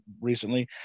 recently